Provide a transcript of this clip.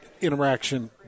interaction